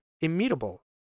immutable